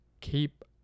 keep